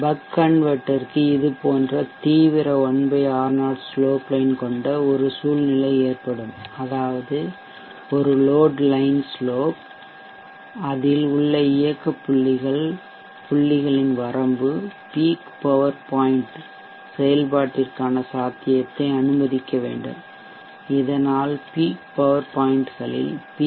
buck கன்வெர்ட்டருக்கு இது போன்ற தீவிர 1 R0 ஸ்லோப் லைன் கொண்ட ஒரு சூழ்நிலை ஏற்படும் அதாவது ஒரு லோட் லைன் ஸ்லோப் அதில் உள்ள இயக்க புள்ளிகளின் வரம்பு பீக் பவர் பாயிண்ட் உச்ச சக்தி புள்ளி செயல்பாட்டிற்கான சாத்தியத்தை அனுமதிக்க வேண்டும் இதனால் பீக் பவர் பாயிண்ட் களில் பி